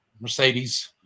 Mercedes